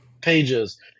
pages